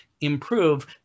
improve